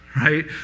right